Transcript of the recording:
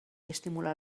estimular